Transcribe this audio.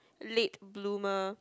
late bloomer